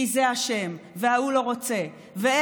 כי זה אשם, וההוא לא רוצה ואלה